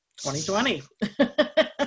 2020